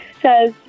says